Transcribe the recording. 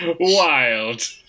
Wild